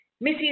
Missy